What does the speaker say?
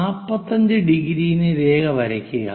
45° ന് രേഖ വരയ്ക്കുക